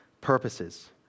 purposes